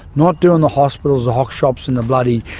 not doing the hospitals, the hockshops and the bloody